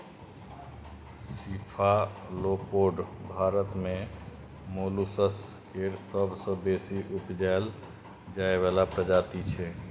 cephalopod Bharat मे molluscs केर सबसँ बेसी उपजाएल जाइ बला प्रजाति छै